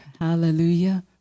Hallelujah